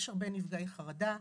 יש הרבה נפגעי חרדה,